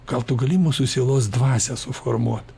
gal tu gali mūsų sielos dvasia suformuot